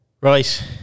Right